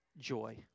joy